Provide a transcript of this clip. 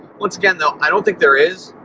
once again though, i don't think there is.